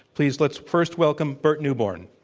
please let's first welcome burt neuborne.